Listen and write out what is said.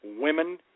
women